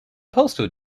postal